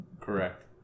Correct